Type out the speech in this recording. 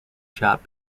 shop